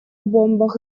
бомбах